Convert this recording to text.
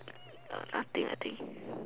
nothing I think